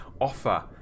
offer